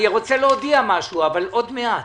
אני רוצה להודיע משהו, אבל עוד מעט.